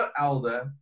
elder